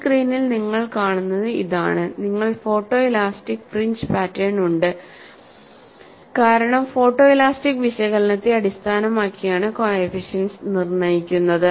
ഈ സ്ക്രീനിൽ നിങ്ങൾ കാണുന്നത് ഇതാണ് നിങ്ങൾക്ക് ഫോട്ടോഇലാസ്റ്റിക് ഫ്രിഞ്ച് പാറ്റേൺ ഉണ്ട് കാരണം ഫോട്ടോഇലാസ്റ്റിക് വിശകലനത്തെ അടിസ്ഥാനമാക്കിയാണ് കോഎഫിഷ്യന്റ്സ് നിർണ്ണയിക്കുന്നത്